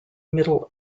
middle